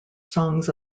songs